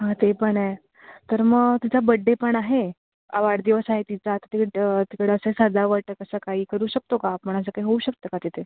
हां ते पण आहे तर मग तिचा बड्डे पण आहे वाढदिवस आहे तिचा आता ती तिकडे असं सजावट असं काही करू शकतो का आपण असं काही होऊ शकतं का तिथे